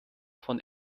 von